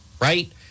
right